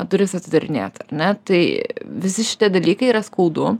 duris atidarinėtar ne tai visi šitie dalykai yra skaudu